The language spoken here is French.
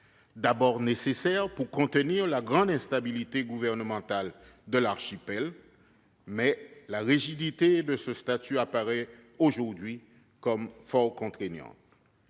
D'abord nécessaire pour contenir la grande instabilité gouvernementale de l'archipel, la rigidité de ce statut apparaît aujourd'hui comme fort contraignante.